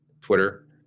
Twitter